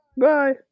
Bye